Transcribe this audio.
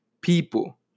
people